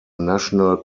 national